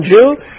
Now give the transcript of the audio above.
Jew